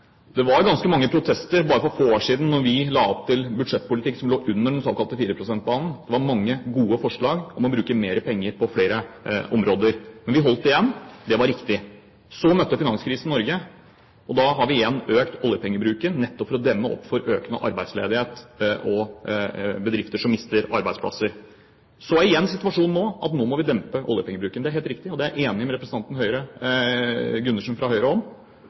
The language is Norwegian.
Det var ganske mange protester bare for få år siden da vi la opp til en budsjettpolitikk som lå under den såkalte 4 pst.-banen. Det var mange gode forslag om å bruke mer penger på flere områder. Men vi holdt igjen, og det var riktig. Så møtte finanskrisen Norge, og da har vi igjen økt oljepengebruken, nettopp for å demme opp for økende arbeidsledighet og for å hjelpe bedrifter som mister arbeidsplasser. Så er situasjonen igjen at nå må vi dempe oljepengebruken. Det er helt riktig, og det er jeg enig med representanten Gundersen fra Høyre